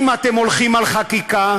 אם אתם הולכים על חקיקה,